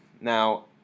Now